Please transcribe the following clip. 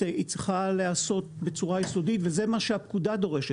היא צריכה להיעשות בצורה יסודית וזה מה שהבדיקה דורשת.